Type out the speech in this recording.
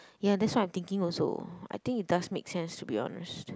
ya that's what I'm thinking also I think it does make sense to be honest